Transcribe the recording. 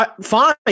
Fine